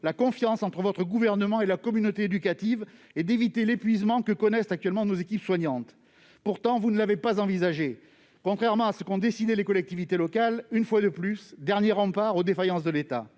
la confiance entre votre gouvernement et la communauté éducative, et d'éviter ainsi à celle-ci l'épuisement que connaissent actuellement nos équipes soignantes. Pourtant, vous ne l'avez pas envisagé, contrairement à ce qu'ont décidé les collectivités locales, qui une fois de plus sont le dernier rempart face aux défaillances de l'État.